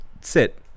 sit